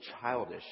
childish